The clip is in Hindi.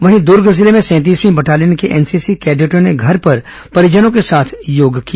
वहीं दूर्ग जिले में सैंतीसवीं बटालियन के एनसीसी कैडेटों ने घर पर परिजनों के साथ योगाम्यास किया